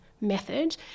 method